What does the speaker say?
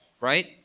right